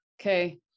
Okay